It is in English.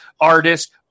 artist